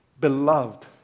beloved